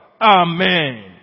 Amen